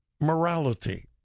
morality